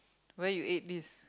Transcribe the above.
where you ate this